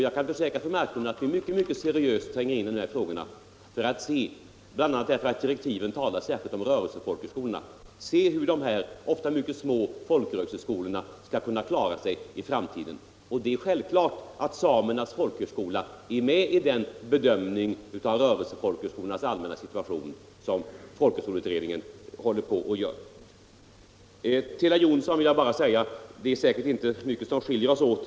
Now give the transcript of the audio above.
Jag kan försäkra fru Marklund att vi mycket seriöst tränger in i frågorna för 185 att se — bl.a. därför att direktiven talar särskilt om rörelsefolkhögskolorna — hur dessa, ofta mycket små folkrörelsehögskolor skall kunna klara sig i framtiden. Det är självklart att Samernas folkhögskola är med i den bedömning av rörelsefolkhögskolornas allmänna situation som folkhögskoleutredningen håller på att göra. Beträffande herr Jonsson i Alingsås är det säkert inte mycket som skiljer oss åt.